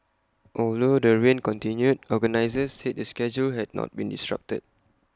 although the rain continued organisers said the schedule had not been disrupted